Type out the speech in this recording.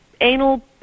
anal